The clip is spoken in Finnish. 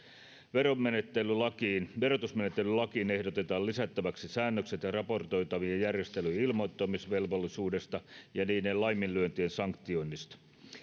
verotusmenettelylakiin verotusmenettelylakiin ehdotetaan lisättäväksi säännökset raportoitavien järjestelyiden ilmoittamisvelvollisuudesta ja niiden laiminlyöntien sanktioinnista